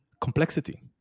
complexity